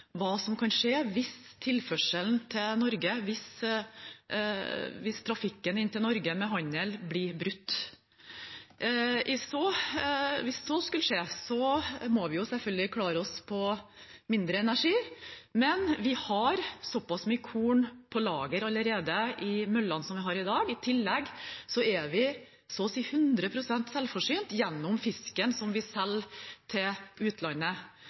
hva som kan skje hvis trafikken med handel inn til Norge blir brutt. Hvis så skulle skje, må vi selvfølgelig klare oss på mindre energi, men vi har mye korn på lager i møllene allerede i dag. I tillegg er vi så å si 100 pst. selvforsynt gjennom fisken som vi selger til utlandet.